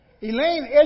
Elaine